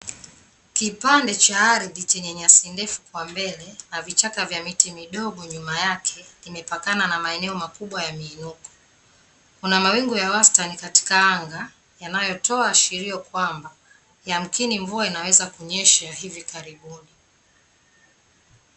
Kipande cha ardhi chenye nyasi ndefu kwa mbele na vichaka vya miti midogo nyuma yake, kimepakana na maeneo makubwa ya miinuko. Kuna mawingu ya wastani katika anga yanayotoa ashirio kwamba, yamkini mvua inaweza kunyesha hivi karibuni.